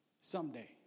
someday